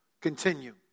continue